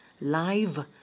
live